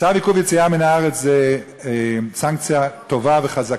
צו עיכוב יציאה מן הארץ הוא סנקציה טובה וחזקה.